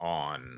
on